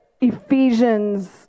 Ephesians